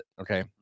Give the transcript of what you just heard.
Okay